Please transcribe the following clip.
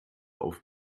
auf